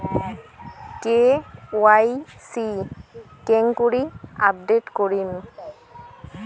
KYC কেঙ্গকরি update করিম?